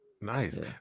nice